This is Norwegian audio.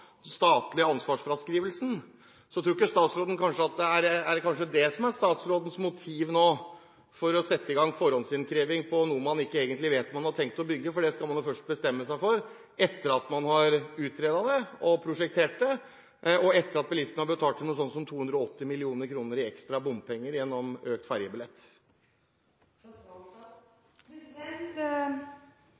statlige ansvarsfraskrivelsen. Kanskje er dette statsrådens motiv for å sette i gang forhåndsinnkreving for noe man egentlig ikke vet om man har tenkt å bygge, for det skal man først bestemme seg for etter at man har utredet og prosjektert det, og etter at bilistene har betalt inn noe sånt som 280 mill. kr i ekstra bompenger gjennom økt